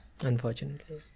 unfortunately